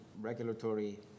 regulatory